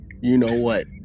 you-know-what